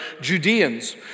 Judeans